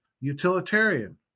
utilitarian